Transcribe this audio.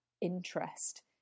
interest